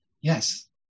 Yes